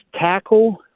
tackle